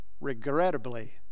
regrettably